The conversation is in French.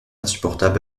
insupportable